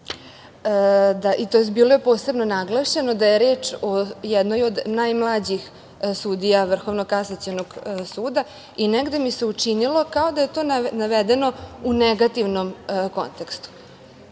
bilo je posebno naglašeno, da je reč o jednoj od najmlađih sudija Vrhovnog kasacionog suda i negde mi se učinilo kao da je to navedeno u negativnom kontekstu.